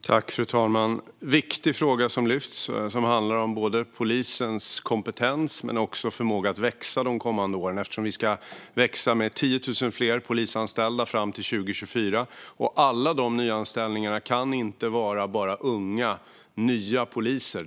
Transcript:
Fru talman! Det är en viktig fråga, som handlar om polisens kompetens men också förmåga att växa de kommande åren. Polisen ska växa med 10 000 fler anställda fram till 2024, och alla de nyanställningarna kan inte vara unga, nya poliser.